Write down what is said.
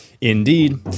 Indeed